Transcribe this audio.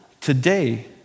today